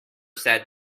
said